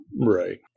Right